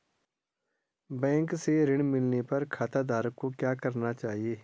Bank से ऋण मिलने पर खाताधारक को क्या करना चाहिए?